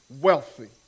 wealthy